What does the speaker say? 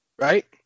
right